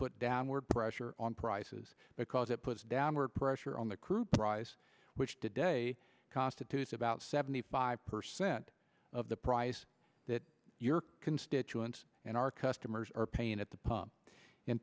put downward pressure on prices because it puts downward pressure on the crew prize which today constitutes about seventy five percent of the price that your constituents and our customers are paying at the pump in